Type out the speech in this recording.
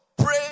Pray